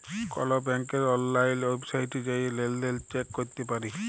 call ব্যাংকের অললাইল ওয়েবসাইটে জাঁয়ে লেলদেল চ্যাক ক্যরতে পারি